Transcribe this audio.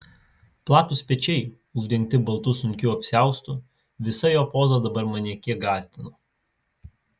platūs pečiai uždengti baltu sunkiu apsiaustu visa jo poza dabar mane kiek gąsdino